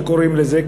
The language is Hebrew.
כפי שקוראים לזה,